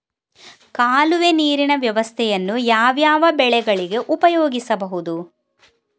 ಕಾಲುವೆ ನೀರಿನ ವ್ಯವಸ್ಥೆಯನ್ನು ಯಾವ್ಯಾವ ಬೆಳೆಗಳಿಗೆ ಉಪಯೋಗಿಸಬಹುದು?